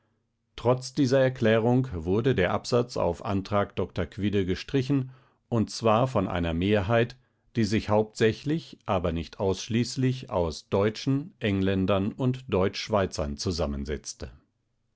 trotz dieser erklärung wurde der absatz auf antrag dr quidde gestrichen und zwar von einer mehrheit die sich hauptsächlich aber nicht ausschließlich aus deutschen engländern und deutsch-schweizern zusammensetzte